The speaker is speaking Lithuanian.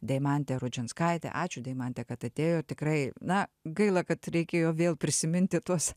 deimantė rudžinskaitė ačiū deimante kad atėjot tikrai na gaila kad reikėjo vėl prisiminti tuos